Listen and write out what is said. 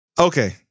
Okay